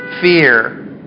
fear